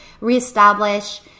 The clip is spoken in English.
reestablish